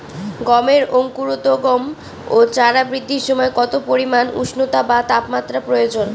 গমের অঙ্কুরোদগম ও চারা বৃদ্ধির সময় কত পরিমান উষ্ণতা বা তাপমাত্রা প্রয়োজন?